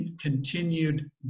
continued